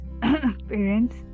parents